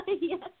Yes